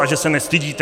A že se nestydíte!